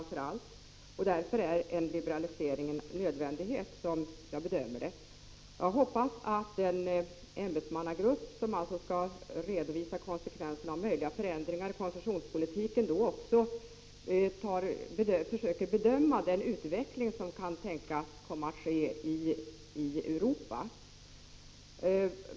Därför är, som jag bedömer det, en liberalisering nödvändig. Jag hoppas att den ämbetsmannagrupp som alltså skall redovisa konsekvenserna av möjliga förändringar i koncessionspolitiken också försöker bedöma den utveckling som kan tänkas ske i Europa.